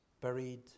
buried